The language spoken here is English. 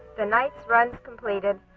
the night's run is completed.